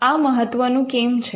આ મહત્વનું કેમ છે